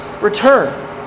return